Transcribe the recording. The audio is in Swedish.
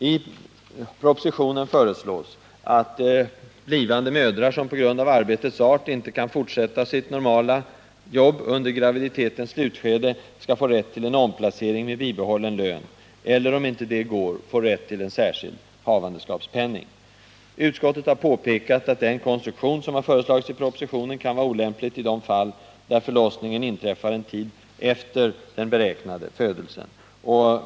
I propositionen föreslås att blivande mödrar som på grund av arbetets art inte kan fortsätta sitt normala arbete under graviditetens slutskede skall få rätt till omplacering med bibehållen lön, eller, om detta inte går, få rätt till en särskild havandeskapspenning. Utskottet har påpekat att den konstruktion som har föreslagits i propositionen kan vara olämplig i de fall då förlossningen inträffar en tid efter den beräknade födelsen.